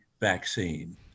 vaccine